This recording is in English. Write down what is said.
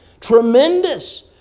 tremendous